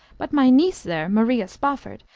but my niece there, maria spofford,